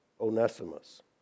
Onesimus